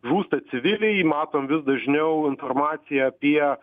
žūsta civiliai matom vis dažniau informaciją apie